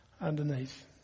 underneath